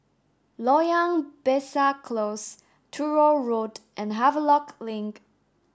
Loyang Besar Close Truro Road and Havelock Link